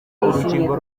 urukingo